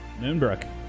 Moonbrook